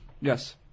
Yes